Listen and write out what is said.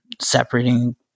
separating